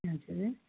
हजुर